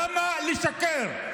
למה לשקר?